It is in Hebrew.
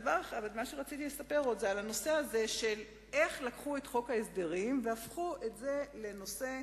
מה שרציתי לספר עוד זה איך לקחו את חוק ההסדרים והפכו את זה לנושא: